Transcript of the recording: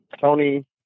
Tony